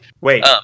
Wait